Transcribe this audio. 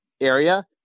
area